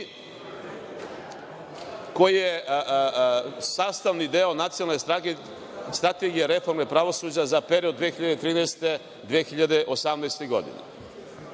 koji je sastavni deo Nacionalne strategije reforme pravosuđa za period 2013. – 2018. godine. To